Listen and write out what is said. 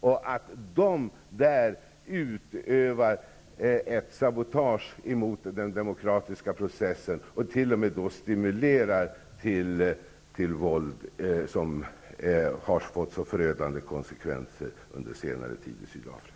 Det utövas där ett sabotage mot den demokratiska processen och stimulerar t.o.m. till våld, vilket har fått förödande konsekvenser under senare tid i Sydafrika.